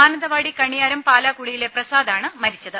മാനന്തവാടി കണിയാരം പാലാകുളിയിലെ പ്രസാദ് ആണ് മരിച്ചത്